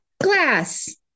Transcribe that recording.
glass